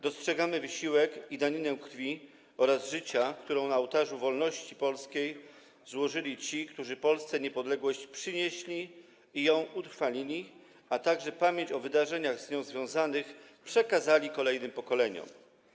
Dostrzegamy wysiłek i daninę krwi oraz życia, którą na ołtarzu polskiej wolności złożyli ci, którzy Polsce niepodległość przynieśli i ją utrwalili, a pamięć o wydarzeniach z nią związanych przekazali kolejnym pokoleniom.